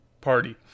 Party